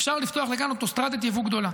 אפשר לפתוח לכאן אוטוסטרדת יבוא גדולה.